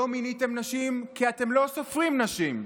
לא מיניתם נשים כי אתם לא סופרים נשים.